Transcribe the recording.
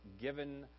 given